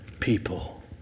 People